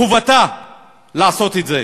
מחובתה לעשות את זה.